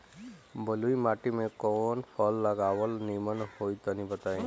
बलुई माटी में कउन फल लगावल निमन होई तनि बताई?